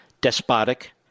despotic